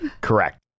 Correct